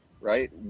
right